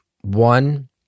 one